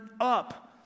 up